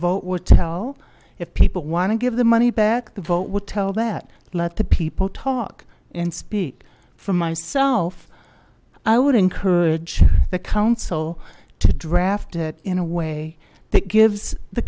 will tell if people want to give the money back the vote will tell that let the people talk and speak for myself i would encourage the council to draft it in a way that gives the